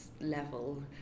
level